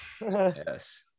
Yes